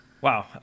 Wow